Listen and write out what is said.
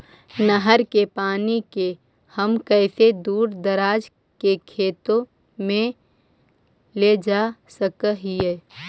नहर के पानी के हम कैसे दुर दराज के खेतों में ले जा सक हिय?